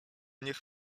niech